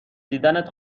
دیدنت